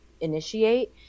initiate